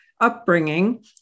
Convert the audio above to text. upbringing